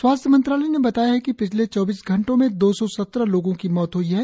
स्वास्थ्य मंत्रालय ने बताया है कि पिछले चौबीस घंटों में दो सौ सत्रह लोगों की मौत हुई है